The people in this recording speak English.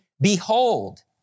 behold